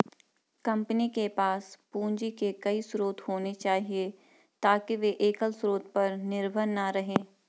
company के पास पूंजी के कई स्रोत होने चाहिए ताकि वे एकल स्रोत पर निर्भर न रहें